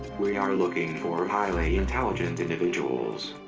we are looking for highly intelligent individuals.